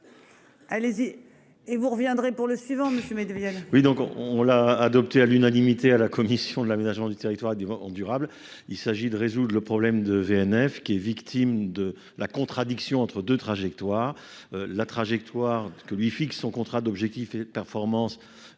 Allez-y et vous reviendrez pour le suivant, monsieur Medvedev. Oui donc on, on l'a adopté à l'unanimité à la commission de l'aménagement du territoire et du moment durable. Il s'agit de résoudre le problème de VNF qui est victime de la contradiction entre deux trajectoires la trajectoire que lui fixe son contrat d'objectifs et de performance